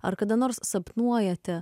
ar kada nors sapnuojate